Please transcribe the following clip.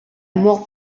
mort